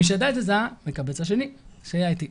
מי שידע את זה היה המקבץ השני שהיה איתי.